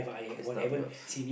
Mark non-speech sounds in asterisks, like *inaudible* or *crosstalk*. that's not a good *breath*